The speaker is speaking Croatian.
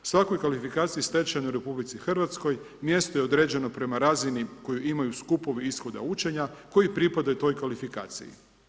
Svakoj kvalifikaciji stečenoj u RH mjesto je određeno prema razini koju imaju skupovi ishoda učenja koji pripadaju toj kvalifikaciji.